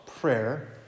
prayer